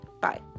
Bye